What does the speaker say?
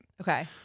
Okay